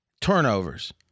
turnovers